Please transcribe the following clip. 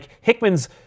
Hickman's